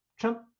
Trump